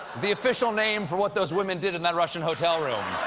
the official name for what those women did in that russian hotel room,